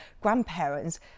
grandparents